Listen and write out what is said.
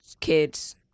kids